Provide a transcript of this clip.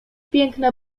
piękna